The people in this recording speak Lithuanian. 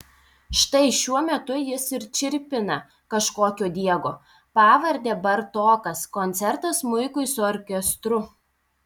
štai šiuo metu jis ir čirpina kažkokio diego pavarde bartokas koncertą smuikui su orkestru